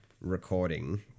recording